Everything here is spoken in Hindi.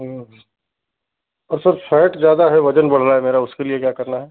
हाँ और सर फैट ज़्यादा है वज़न बढ़ रहा है मेरा उसके लिए क्या करना है